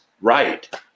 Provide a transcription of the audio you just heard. right